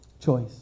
choice